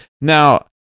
Now